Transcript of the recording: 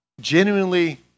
genuinely